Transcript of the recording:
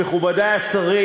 מכובדי השרים,